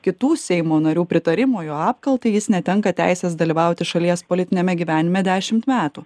kitų seimo narių pritarimo jo apkaltai jis netenka teisės dalyvauti šalies politiniame gyvenime dešimt metų